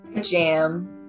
jam